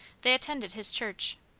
they attended his church.